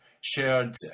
shared